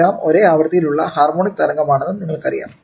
gram ഒരേ ആവൃത്തിയിൽ ഉള്ള ഹാർമോണിക് തരംഗമാണെന്നും നിങ്ങൾക്കറിയാം